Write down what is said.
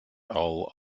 ole